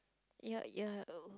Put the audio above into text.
you're you're err